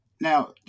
Now